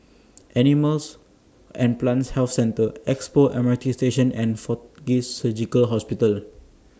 Animals and Plants Health Centre Expo M R T Station and Fortis Surgical Hospital